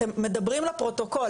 אתם מדברים לפרוטוקול,